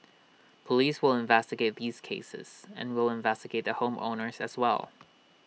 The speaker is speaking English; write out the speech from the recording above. Police will investigate these cases and we'll investigate the home owners as well